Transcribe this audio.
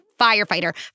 firefighter